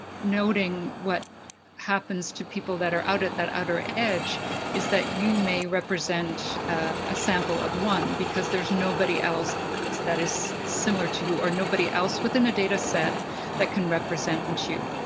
noting what happens to people that are out at that outer edge is that you may represent a sample of one because there's nobody else that is similar to you or nobody else within a data set that can represent and you.